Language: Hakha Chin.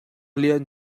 lian